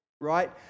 right